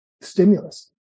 stimulus